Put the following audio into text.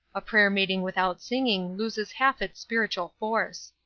a prayer-meeting without singing loses half its spiritual force.